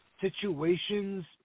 situations